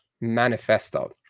manifesto